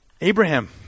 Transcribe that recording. Abraham